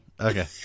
Okay